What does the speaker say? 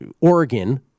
Oregon